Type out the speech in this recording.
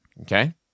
Okay